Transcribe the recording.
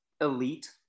elite